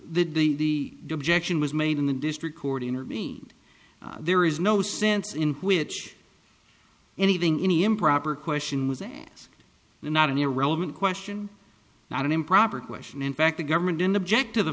was that the objection was made in the district court intervened there is no sense in which anything any improper question was asked not an irrelevant question not an improper question in fact the government didn't object to the